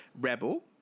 Rebel